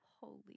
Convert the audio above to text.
Holy